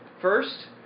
First